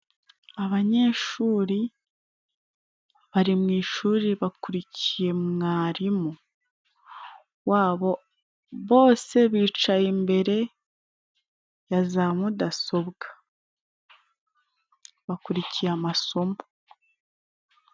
Abanyeshuri bari mu ishuri bakurikiye mwarimu wabo, bose bicaye imbere ya za mudasobwa bakurikiye amasomo.